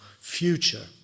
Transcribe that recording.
future